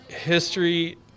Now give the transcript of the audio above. history